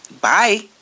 Bye